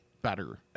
Better